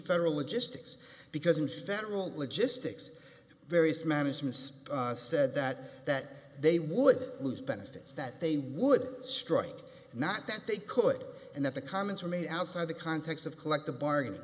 federally just it's because in federal logistics various managements said that that they would lose benefits that they would strike not that they could and that the comments were made outside the context of collective bargaining